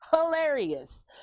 hilarious